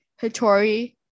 Hitori